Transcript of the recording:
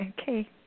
Okay